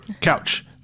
Couch